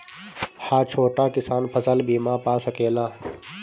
हा छोटा किसान फसल बीमा पा सकेला?